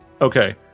Okay